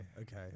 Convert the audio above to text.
okay